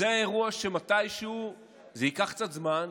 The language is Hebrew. זה האירוע, שמתישהו, זה ייקח קצת זמן,